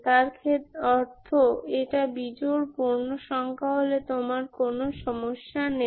তার অর্থ এটা বিজোড় পূর্ণসংখ্যা হলে তোমার কোনো সমস্যা নেই